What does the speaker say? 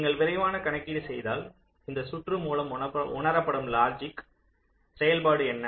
நீங்கள் விரைவான கணக்கீடு செய்தால் இந்த சுற்று மூலம் உணரப்படும் லாஜிக் செயல்பாடு என்ன